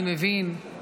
אני מבין,